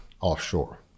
offshore